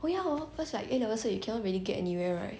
oh ya hor cause like A level cert you cannot really get anywhere right